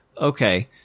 okay